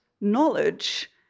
knowledge